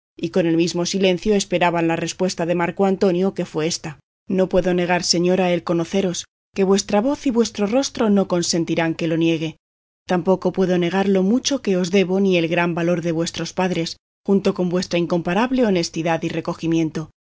y con el mismo silencio esperaban la respuesta de marco antonio que fue ésta no puedo negar señora el conoceros que vuestra voz y vuestro rostro no consentirán que lo niegue tampoco puedo negar lo mucho que os debo ni el gran valor de vuestros padres junto con vuestra incomparable honestidad y recogimiento